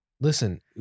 Listen